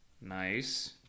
Nice